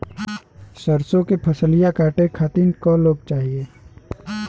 सरसो के फसलिया कांटे खातिन क लोग चाहिए?